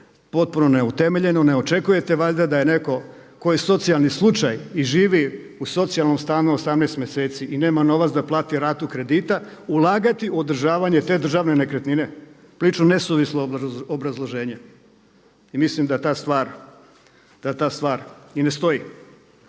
potpuno neutemeljeno, ne očekujete valjda da je neko ko je socijalni slučaj i živi u socijalnom stanu 18 mjeseci i nema novac da plati ratu kredita ulagati u održavanje te državne nekretnine? Prilično nesuvislo obrazloženje. I mislim da ta stvar i ne stoji.